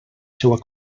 seua